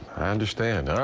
i understand. i